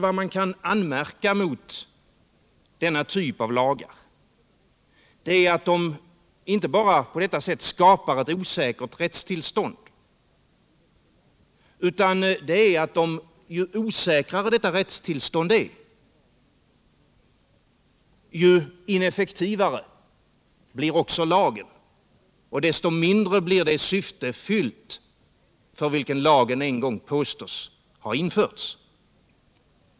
Vad man kan anmärka mot denna typ av lagar är, att de inte bara på detta sätt skapar ett osäkert rättstillstånd utan också att ju osäkrare detta rättstillstånd är, desto ineffektivare blir också lagen och desto mindre blir det syfte fyllt, för vilket lagen en gång påstås ha införts.